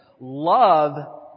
Love